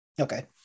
okay